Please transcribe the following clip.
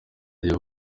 njya